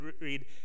read